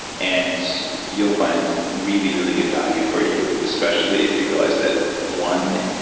and you'll find really, really good value for you. especially if you realize that one